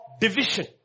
division